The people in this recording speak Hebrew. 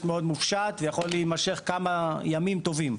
מאוד מופשט ויכול להימשך כמה ימים טובים.